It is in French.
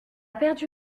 perdu